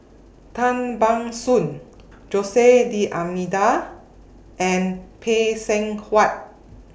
Tan Ban Soon Jose D'almeida and Phay Seng Whatt